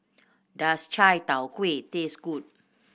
does Chai Tow Kuay taste good